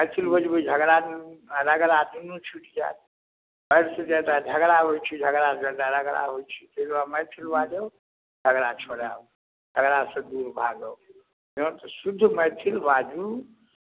मैथिल बजबै झगड़ा रगड़ा दुनू छुटि जायत बातसँ जादा झगड़ा होइत छै झगड़ासँ जादा रगड़ा होइत छै ताहि दुआरे मैथिल बाजब झगड़ा छोड़ायब रगड़ासँ दूर भागब सभसँ शुद्ध मैथिल बाजू